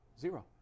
Zero